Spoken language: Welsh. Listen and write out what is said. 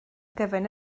gyfer